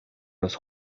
los